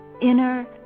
Inner